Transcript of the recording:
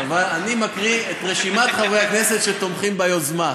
אני מקריא את רשימת חברי הכנסת שתומכים ביוזמה.